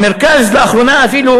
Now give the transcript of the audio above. המרכז באחרונה אפילו,